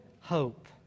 hope